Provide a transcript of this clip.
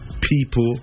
people